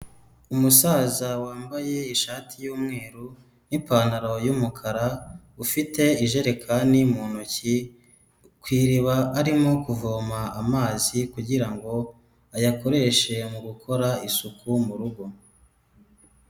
Umusaza wambaye ishati y'umweru n'ipantaro y'umukara, ufite ijerekani mu ntoki, ku iriba arimo kuvoma amazi kugira ngo ayakoreshe mu gukora isuku mu rugo.